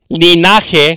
linaje